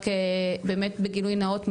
בגילוי נאות,